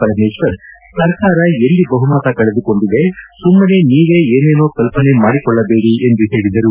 ಪರಮೇಶ್ವರ್ ಸರ್ಕಾರ ಎಲ್ಲಿ ಬಹುಮತ ಕಳೆದುಕೊಂಡಿದೆ ಸುಮ್ನನೆ ನೀವೇ ಏನೇನೋ ಕಲ್ಪನೆ ಮಾಡಿಕೊಳ್ಳಬೇಡಿ ಎಂದು ಹೇಳಿದರು